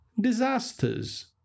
disasters